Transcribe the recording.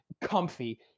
comfy